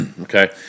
Okay